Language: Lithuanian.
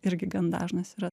irgi gan dažnas yra